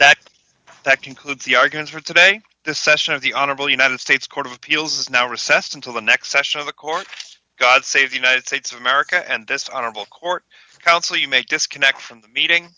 that that concludes the arguments for today the session of the honorable united states court of appeals is now recessed until the next session of the court god save the united states of america and this honorable court counsel you make disconnect from the meeting